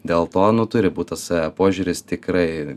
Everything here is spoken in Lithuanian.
dėl to nu turi būt tas požiūris tikrai